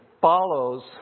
follows